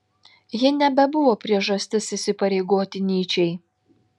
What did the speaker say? ji nebebuvo priežastis įsipareigoti nyčei